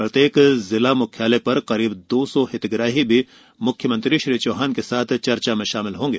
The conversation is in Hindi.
प्रत्येक जिला मुख्यालय पर करीब दो सौ हितग्राही मुख्यमंत्री श्री चौहान के साथ चर्चा में शामिल होंगे